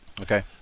Okay